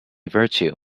virtue